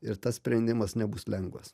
ir tas sprendimas nebus lengvas